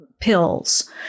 pills